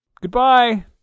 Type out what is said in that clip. Goodbye